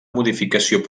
modificació